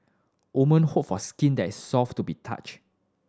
women hope for skin that is soft to the touch